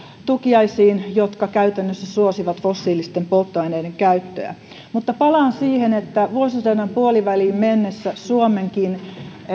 tukiaisiin jotka käytännössä suosivat fossiilisten polttoaineiden käyttöä palaan siihen että vuosisadan puoliväliin mennessä suomenkin